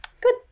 good